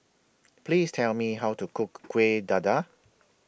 Please Tell Me How to Cook Kuih Dadar